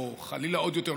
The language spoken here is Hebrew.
או חלילה עוד יותר,